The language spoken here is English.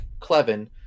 Clevin